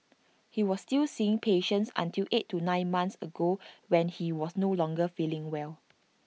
he was still seeing patients until eight to nine months ago when he was no longer feeling well